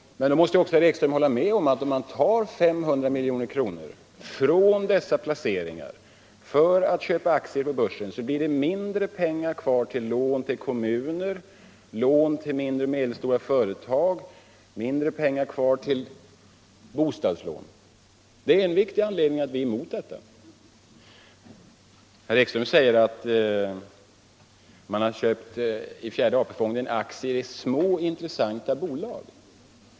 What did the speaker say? Men då måste också herr Ekström hålla med om att om man tar 500 milj.kr. från dessa placeringar för att köpa aktier på börsen, så blir det mindre pengar kvar till lån till kommuner och lån till mindre och medelstora företag, mindre pengar kvar till bostadslån. Det är en viktig anledning till att vi är emot detta. Herr Ekström säger att fjärde AP-fonden har köpt aktier i små, intressanta bolag.